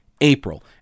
April